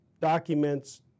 documents